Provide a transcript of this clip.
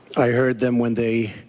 i heard them when they